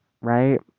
right